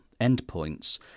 endpoints